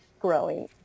growing